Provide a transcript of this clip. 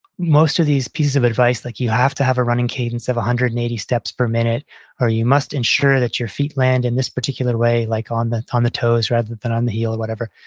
most of these pieces of advice, like you have to have a running cadence of one hundred and eighty steps per minute or you must ensure that your feet land in this particular way, like on the on the toes rather than on the heel or whatever.